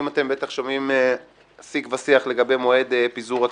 אתם שומעים שיג ושיח לגבי מועד פיזור הכנסת.